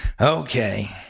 okay